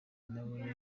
nawe